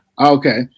Okay